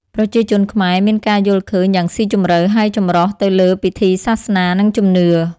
ប្រជាជនខ្មែរមានការយល់ឃើញយ៉ាងស៊ីជម្រៅ ហើយចម្រុះទៅលើពិធីសាសនា និងជំនឿ។